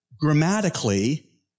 grammatically